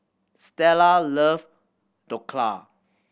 Stella love Dhokla